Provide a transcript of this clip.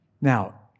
Now